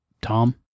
Tom